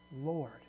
Lord